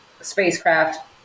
spacecraft